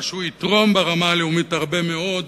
אבל שהוא יתרום ברמה הלאומית הרבה מאוד,